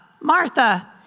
Martha